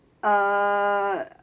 err